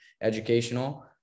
educational